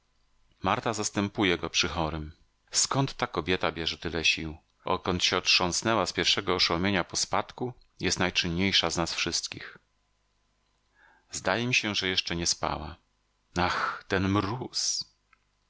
marta zastępuje go przy chorym skąd ta kobieta bierze tyle sił odkąd się otrząsnęła z pierwszego oszołomienia po spadku jest najczynniejsza z nas wszystkich zdaje mi się że jeszcze nie spała ah ten mróz